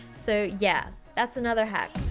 so, yeah, that's another hack?